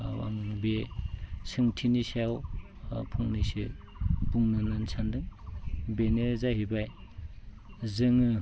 औ आं बे सोंथिनि सायाव फंनैसो बुंनो होननानै सानदों बेनो जाहैबाय जोङो